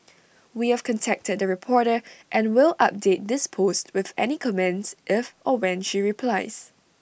we have contacted the reporter and will update this post with any comments if or when she replies